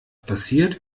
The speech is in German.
passiert